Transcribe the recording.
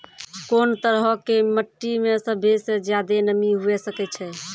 कोन तरहो के मट्टी मे सभ्भे से ज्यादे नमी हुये सकै छै?